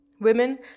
Women